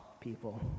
people